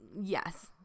Yes